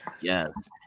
Yes